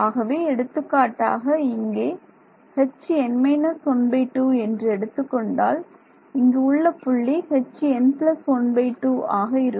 ஆகவே எடுத்துக்காட்டாக இங்கே Hn−12 என்று எடுத்துக்கொண்டால் இங்கு உள்ள புள்ளி Hn12 ஆக இருக்கும்